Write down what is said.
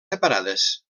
separades